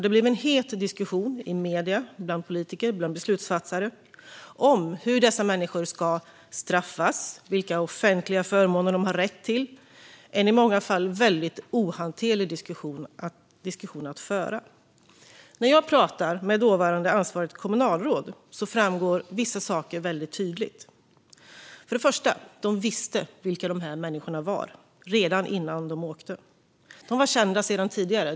Det blev en het diskussion i medier och bland politiker och beslutsfattare om hur dessa människor ska straffas och vilka offentliga förmåner de ska ha rätt till. Det blev en i många fall ohanterlig diskussion. När jag pratar med dåvarande ansvarigt kommunalråd framgår vissa saker tydligt. För det första visste man vilka de här människorna var redan innan de åkte. De var kända sedan tidigare.